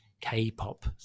K-pop